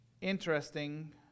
interesting